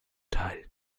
teil